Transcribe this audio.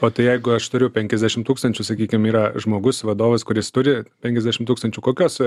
o tai jeigu aš turiu penkiasdešim tūkstančių sakykim yra žmogus vadovas kuris turi penkiasdešim tūkstančių kokios